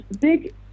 big